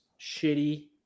shitty